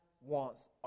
wants